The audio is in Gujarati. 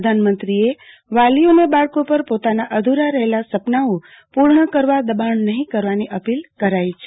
પ્રધાનમંત્રીએ વાલીઓને બાળકો પર પોતાના અધુરા રહેલા સપનાઓ પુર્ણ કરવા દબાણ નહી કરવાની અપીલ કરાઈ છે